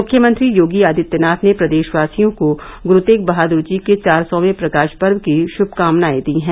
मुख्यमंत्री योगी आदित्यनाथ ने प्रदेशवासियों को गुरू तेग बहादुर जी के चार सौवें प्रकाश परब की शुभकामनायें दी हैं